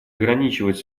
ограничивать